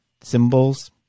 symbols